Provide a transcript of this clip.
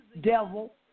devil